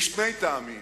משני טעמים: